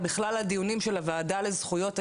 בכלל הדיונים של הוועדה לזכויות הילד,